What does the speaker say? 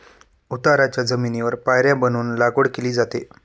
उताराच्या जमिनीवर पायऱ्या बनवून लागवड केली जाते